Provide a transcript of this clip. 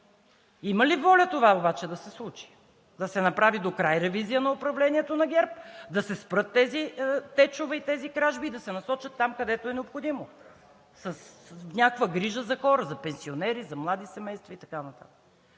Има ли воля обаче това да се случи – да се направи докрай ревизия на управлението на ГЕРБ, да се спрат тези течове и кражби и да се насочат там, където е необходимо, с някаква грижа за хората, за пенсионерите, за младите семейства и така нататък?